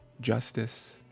justice